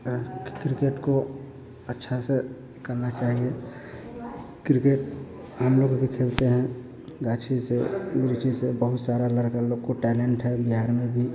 cricket को अच्छे से करना चाहिए क्रिकेट हम लोग भी खेलते हैं गाछी से से बहुत सारा लड़का लोग को टैलेन्ट है बिहार में भी